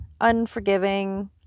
unforgiving